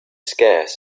scarce